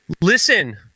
Listen